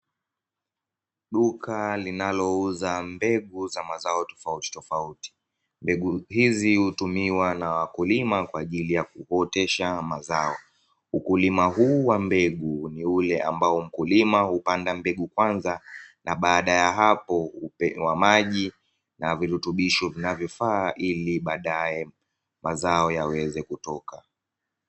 Duka linalouza mbegu za mazao tofauti tofauti, mbegu hizi hutumiwa na wakulima kwa ajili ya kuotesha mazao, ukulima huu wa mbegu ni ule ambao mkulima hupanda mbegu kwanza na baada ya hapo hupewa maji na virutubisho vinavyo faa ili badae mazao yaweze kutoka.